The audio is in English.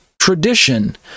tradition